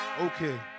Okay